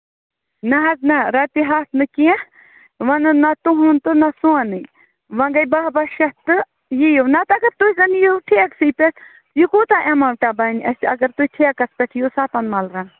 نہَ حظ نہ رۄپیہِ ہَتھ نہٕ کیٚنٛہہ وۅنۍ نہَ حظ نہَ تُہُنٛد تہٕ نہَ سونُے وۅنۍ گٔے باہ باہ شَتھ تہٕ یِیو نتہٕ اَگر تُہۍ زَن یِیو ٹھیکسٕے پیٚٹھ یہِ کوٗتاہ ایموٹا بَنہِ اَسہِ اَگر تُہۍ ٹھیکَس پیٚٹھ یِیو سَتن مَرلَن